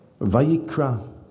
Vayikra